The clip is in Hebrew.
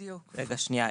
רגע, שנייה.